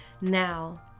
Now